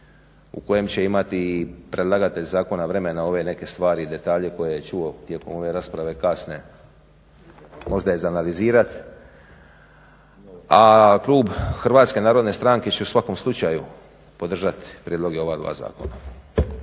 u kojem će imati i predlagatelj zakona vremena ove neke stvari i detalje koje je čuo tijekom ove rasprave kasne možda izanalizirat, a klub HNS-a će u svakom slučaju podržati prijedloge ova dva zakona.